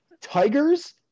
tigers